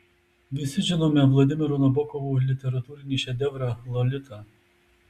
visi žinome vladimiro nabokovo literatūrinį šedevrą lolita